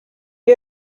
you